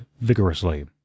vigorously